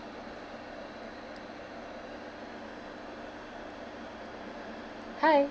hi